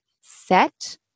set